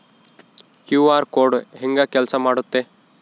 QR code ಹೆಂಗ ಕೆಲಸ ಮಾಡುತ್ತೆ?